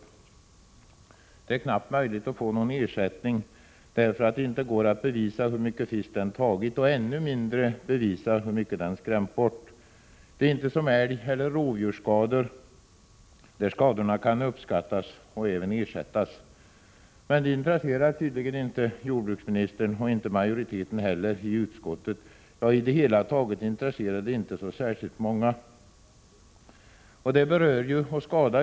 Det är knappast möjligt att få någon ersättning, eftersom det inte går att bevisa hur mycket fisk som sälen har tagit och ännu mindre hur mycket fisk sälen har skrämt bort. Det är inte samma förhållande som vid älgeller rovdjursskador, där skadorna kan uppskattas och även ersättas. Men det intresserar tydligen inte jordbruksministern och inte heller majoriteten i utskottet. Ja, på det hela taget intresserar det inte så särskilt många. Skadorna berör ju så få.